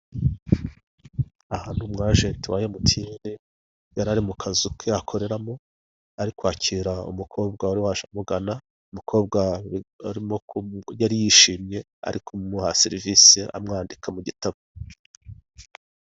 Aha ni umwajenti wa emutiyene yari ari mu kazu ke akoreramo ari kwakira umukobwa wari waje amugana, umukobwa yari yishimye ari kumuha serivise amwandika mu gitabo.